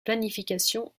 planification